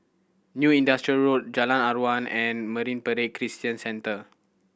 New Industrial Road Jalan Aruan and Marine Parade Christian Centre